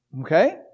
okay